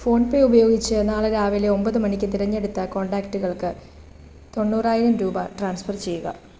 PhonePe ഉപയോഗിച്ച് നാളെ രാവിലെ ഒമ്പത് മണിക്ക് തിരഞ്ഞെടുത്ത കോൺടാക്റ്റുകൾക്ക് തൊണ്ണൂറായിരം രൂപ ട്രാൻസ്ഫർ ചെയ്യുക